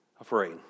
afraid